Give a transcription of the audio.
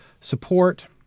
support